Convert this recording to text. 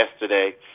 yesterday